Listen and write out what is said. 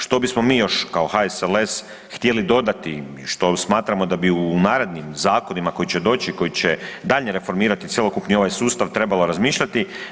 Što bismo mi još HSLS htjeli dodati i što smatramo da bi u narednim zakonima koji će doći, koji će dalje reformirati cjelokupni ovaj sustav trebalo razmišljati?